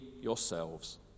yourselves